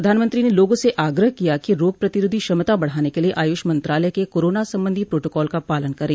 प्रधानमंत्री ने लोगों से आग्रह किया कि रोग प्रतिरोधी क्षमता बढ़ाने के लिए आयुष मंत्रालय के कोरोना संबंधी प्रोटोकॉल का पालन करें